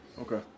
Okay